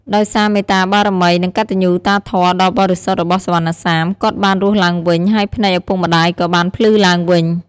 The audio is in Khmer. ដោយសារមេត្តាបារមី និងកតញ្ញូតាធម៌ដ៏បរិសុទ្ធរបស់សុវណ្ណសាម គាត់បានរស់ឡើងវិញ ហើយភ្នែកឪពុកម្ដាយក៏បានភ្លឺឡើងវិញ។